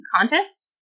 contest